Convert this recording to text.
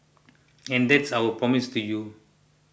and that's our promise to you